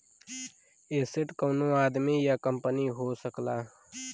asset कउनो आदमी या कंपनी हो सकला